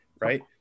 right